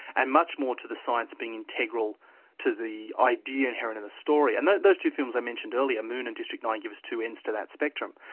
and much more to the science being integral to the idea inherent in a story. and those two films i mentioned earlier moon and district nine give us two ends to that spectrum.